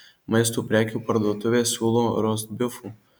maisto prekių parduotuvė siūlo rostbifų